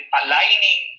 aligning